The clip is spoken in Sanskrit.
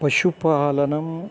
पशुपालनम्